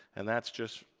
and that's just,